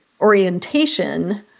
orientation